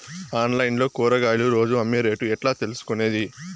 Online లో కూరగాయలు రోజు అమ్మే రేటు ఎట్లా తెలుసుకొనేది?